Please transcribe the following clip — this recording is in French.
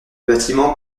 bâtiment